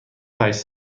هشت